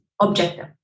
objective